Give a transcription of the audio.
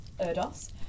Erdos